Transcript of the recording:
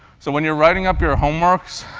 so when you're writing up your homeworks,